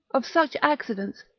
of such accidents,